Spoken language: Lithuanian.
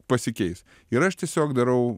pasikeis ir aš tiesiog darau